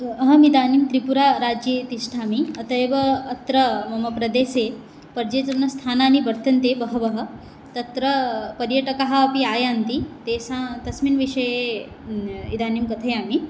अहमिदानीं त्रिपुराराज्ये तिष्ठामि अतः एव अत्र मम प्रदेशे पर्येषणस्थानानि वर्तन्ते बहवः तत्र पर्यटकाः अपि आयान्ति तेषां तस्मिन् विषये इदानीं कथयामि